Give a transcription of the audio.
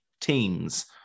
teams